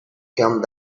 come